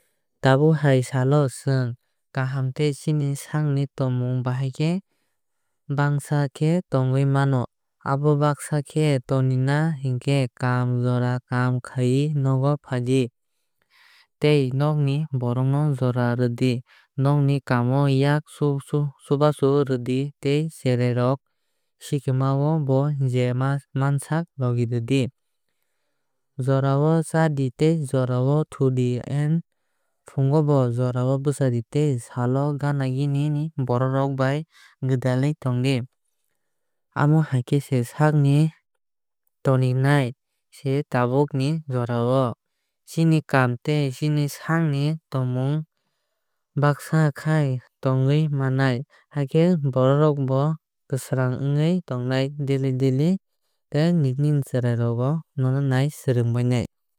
Tabuk hai salo chwng kaham tei chini sakni tongmung bahaikhe bagsa khe tongwui mano. Abono bagsa khe tonina hingkhe kaam jora kaam khaui nogo faidi tei nogni borok rok jora rwdi. Nogni kaam o yak chubachu rwdi tei cherai rok sikima o bo je mansak logi rwdi. Jorao chadi tei jora o thudi tei fungo bo jorao bwchadi tei salo gana gini ni borok rok bai gwdalwui tongdi. Amohai khe sakno tonikhai se tabuk ni jora o. Chini kaam tei chini sakni tongmung bagsa khai tongwui mannai. Haikhe borok rok bo kwsang ongwui tongnai daily daily tei nini cherai rok bo nono nai swrwngbainai.